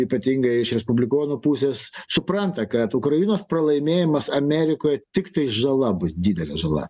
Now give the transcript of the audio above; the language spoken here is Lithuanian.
ypatingai iš respublikonų pusės supranta kad ukrainos pralaimėjimas amerikoj tiktai žala bus didelė žala